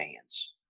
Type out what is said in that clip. hands